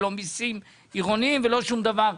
מסים עירוניים ולא שום דבר?